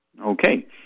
Okay